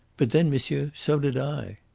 but then, monsieur so did i.